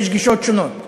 יש גישות שונות.